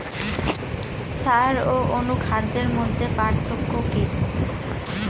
সার ও অনুখাদ্যের মধ্যে পার্থক্য কি?